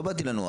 לא באתי לנוח.